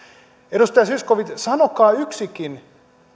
edustaja zyskowicz sanokaa yksikin